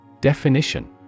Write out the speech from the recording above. Definition